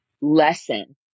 lesson